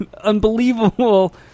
unbelievable